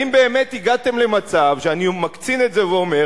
האם באמת הגעתם למצב שאני מקצין ואומר